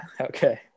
okay